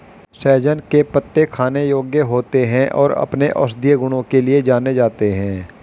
सहजन के पत्ते खाने योग्य होते हैं और अपने औषधीय गुणों के लिए जाने जाते हैं